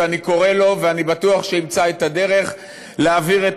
ואני קורא לו ואני בטוח שימצא את הדרך להבהיר את